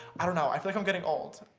i don't know, i feel like i'm getting old,